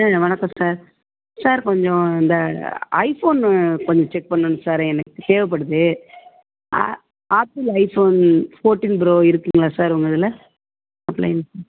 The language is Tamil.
ஹலோ வணக்கம் சார் சார் கொஞ்சம் இந்த ஐஃபோன்னு கொஞ்சம் செக் பண்ணணும் சார் எனக்கு தேவைப்படுது ஆப்பிள் ஐஃபோன் ஃபோர்ட்டின் ப்ரோ இருக்காங்களா சார் உங்கள் இதில் ஆஃப்லைன்ஸ்